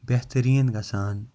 بہتٔریٖن گَژھان